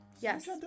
Yes